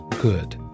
good